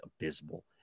abysmal